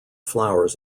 flowers